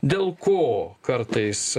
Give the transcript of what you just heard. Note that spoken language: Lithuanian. dėl ko kartais